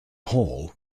hall